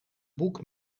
boek